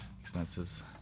expenses